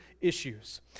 issues